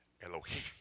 Elohim